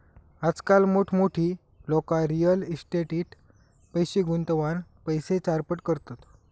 आजकाल मोठमोठी लोका रियल इस्टेटीट पैशे गुंतवान पैशे चारपट करतत